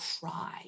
cry